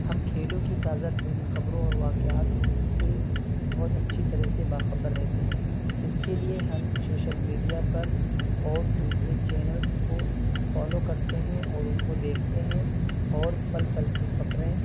ہم کھیلوں کی تازہ ترین خبروں اور واقعات سے بہت اچھی طرح سے با خبر رہتے ہیں اس کے لیے ہم سوشل میڈیا پر اور دوسرے چینلجس کو فالو کرتے ہیں اور ان کو دیکھتے ہیں اور پل پل کی خبریں